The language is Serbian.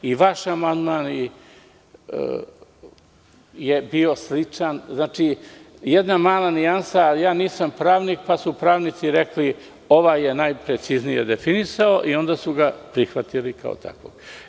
I vaš amandman je bio sličan, jedna mala nijansa, ali ja nisam pravnik, pa su pravnici rekli, ovaj je najpreciznije definisao i onda su ga prihvatili kao takvog.